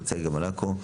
צגה מלקו,